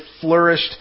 flourished